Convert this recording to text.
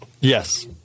Yes